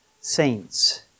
saints